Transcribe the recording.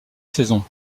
saison